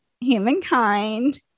Humankind